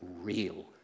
real